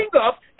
up